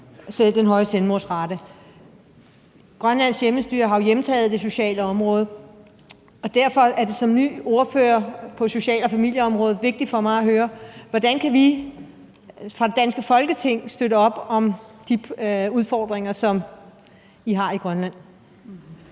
og den høje selvmordsrate. Grønlands hjemmestyre har jo hjemtaget det sociale område, og derfor er det som ny ordfører på social- og familieområdet vigtigt for mig at høre, hvordan vi fra det danske Folketings side kan støtte op i forbindelse med de udfordringer, som I har i Grønland.